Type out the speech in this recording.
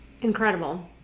Incredible